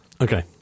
Okay